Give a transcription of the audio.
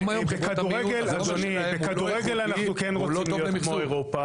בכדורגל אנחנו כן רוצים להיות כמו אירופה,